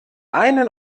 einen